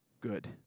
good